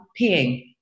peeing